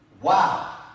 Wow